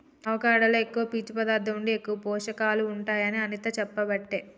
avocado లో ఎక్కువ పీచు పదార్ధం ఉండి ఎక్కువ పోషకాలు ఉంటాయి అని అనిత చెప్పబట్టే